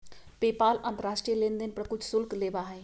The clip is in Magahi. पेपाल अंतर्राष्ट्रीय लेनदेन पर कुछ शुल्क लेबा हई